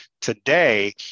today